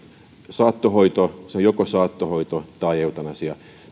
että se on joko saattohoito tai eutanasia